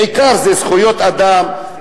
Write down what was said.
בעיקר זה זכויות אדם,